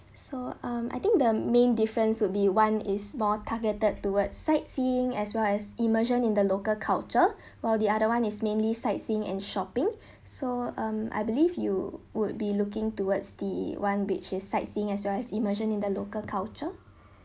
so um I think the main difference would be one is more targeted towards sightseeing as well as immersion in the local culture while the other one is mainly sightseeing and shopping so um I believe you would be looking towards the one which is sightseeing as well as immersion in the local culture